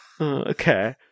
okay